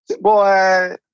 Boy